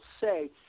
say